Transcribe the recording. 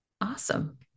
Awesome